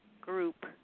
group